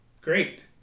great